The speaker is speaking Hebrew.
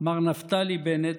מר נפתלי בנט,